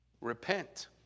Repent